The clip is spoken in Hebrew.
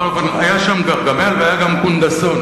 בכל אופן, היה שם גרגמל והיה גם קונדסון.